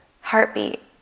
heartbeat